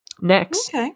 Next